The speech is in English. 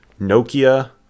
Nokia